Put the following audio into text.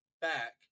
back